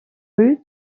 rue